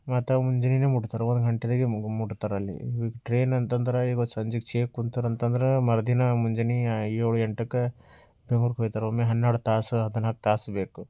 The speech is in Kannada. ಮತ್ತು ಮುಂಜಾನೆಯೇ ಮುಟ್ತಾರೆ ಒಂದು ಗಂಟೆಯಾಗೆ ಮುಟ್ತಾರೆ ಅಲ್ಲಿ ಟ್ರೈನ್ ಅಂತ ಅಂದ್ರೆ ಇವಾಗ ಸಂಜೆ ಸೇರಿ ಕುಂತರು ಅಂತ ಅಂದ್ರೆ ಮರುದಿನ ಮುಂಜಾನೆ ಏಳು ಎಂಟಕ್ಕೆ ಬೆಂಗ್ಳೂರು ಹೋಗ್ತಾರೆ ಒಮ್ಮೆ ಹನ್ನೆರಡು ತಾಸು ಹದಿನಾಲ್ಕು ತಾಸು ಬೇಕು